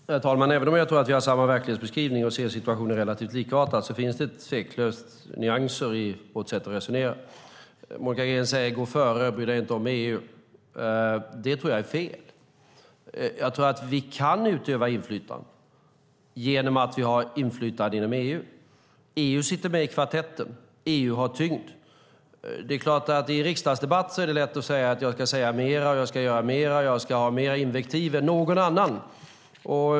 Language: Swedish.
Herr talman! Även om jag tror att vi har samma verklighetsbeskrivning och ser situationen relativt likartat finns det tveklöst nyanser i vårt sätt att resonera. Monica Green säger att vi ska gå före och inte bry oss om EU. Det tror jag är fel. Jag tror att vi kan utöva inflytande genom att vi har inflytande inom EU. EU sitter med i kvartetten, och EU har tyngd. Det är klart att det i en riksdagsdebatt är lätt att säga att jag ska säga mer, göra mer och ha mer invektiv än någon annan.